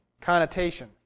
connotation